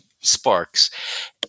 sparks